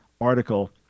article